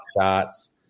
shots